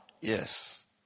Yes